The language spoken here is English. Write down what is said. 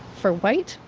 for white,